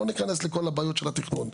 לא ניכנס לכל הבעיות של התכנון.